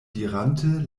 dirante